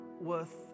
worth